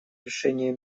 решении